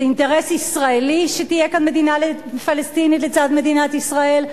זה אינטרס ישראלי שתהיה כאן מדינה פלסטינית לצד מדינת ישראל,